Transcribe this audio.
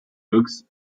books